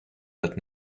رات